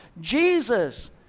Jesus